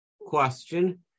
question